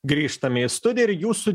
grįžtame į studiją ir jūsų